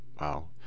wow